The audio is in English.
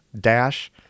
dash